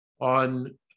On